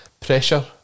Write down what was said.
pressure